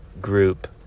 group